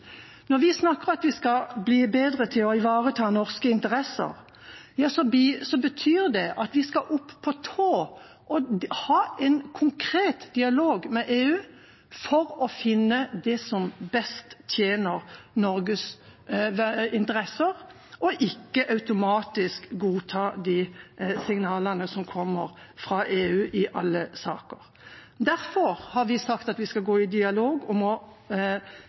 Når vi snakker om at vi skal bli bedre til å ivareta norske interesser, så betyr det at vi skal opp på tå og ha en konkret dialog med EU for å finne det som best tjener Norges interesser, og ikke automatisk godta de signalene som kommer fra EU i alle saker. Derfor har vi sagt at vi skal gå i dialog